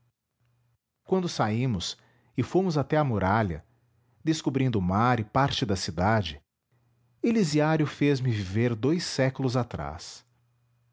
quando saímos e fomos até à muralha descobrindo o mar e parte da cidade elisiário fez-me viver dous séculos atrás